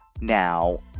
now